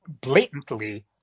blatantly